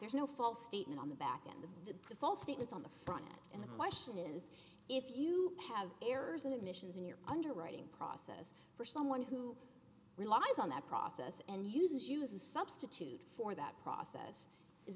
there's no false statement on the back and the false statements on the front and the question is if you have errors in admissions in your underwriting process for someone who relies on that process and uses use a substitute for that process is